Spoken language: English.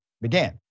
began